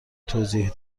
توضیح